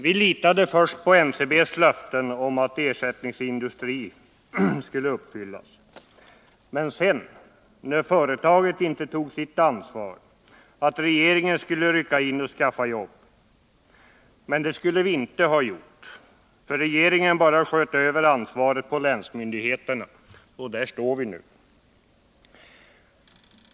Vi litade först på att NCB:s löften om ersättningsindustri skulle uppfyllas, men sedan, när företaget inte tog sitt ansvar litade vi på att regeringen skulle rycka in och skaffa jobb. Men det skulle vi inte ha gjort, för regeringen bara sköt över ansvaret på länsmyndigheterna, och där står vi nu.